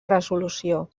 resolució